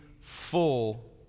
full